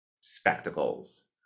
spectacles